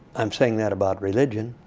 i'm saying that about religion.